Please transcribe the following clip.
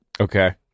Okay